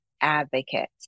advocate